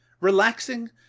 relaxing